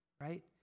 right